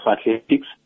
athletics